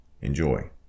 Enjoy